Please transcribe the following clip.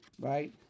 right